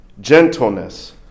gentleness